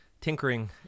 tinkering